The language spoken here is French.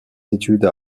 études